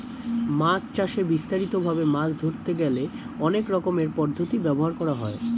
মাছ চাষে বিস্তারিত ভাবে মাছ ধরতে গেলে অনেক রকমের পদ্ধতি ব্যবহার করা হয়